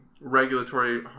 regulatory